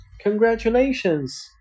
Congratulations